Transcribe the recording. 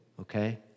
okay